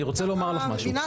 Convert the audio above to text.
אני רוצה לומר לך משהו.